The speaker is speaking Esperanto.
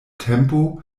tempo